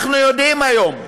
אנחנו יודעים היום,